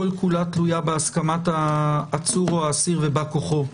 כולה תלויה בהסכמת העצור או האסיר ובא כוחו.